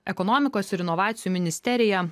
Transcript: ekonomikos ir inovacijų ministerija